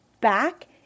back